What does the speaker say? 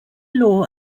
law